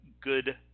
good